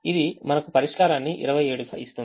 ఇది మనకు పరిష్కారాన్ని 27 గా ఇస్తుంది